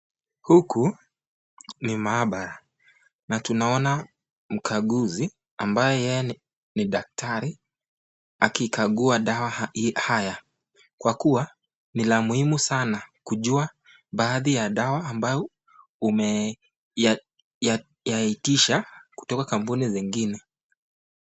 Huku ni maabara na tunaona mkaguzi ambaye yeye ni daktari akikagua dawa haya kwa kuwa ni la muhimu sana kujua baadhi ya dawa ambayo umeyaitisha kutoka kampuni zingine.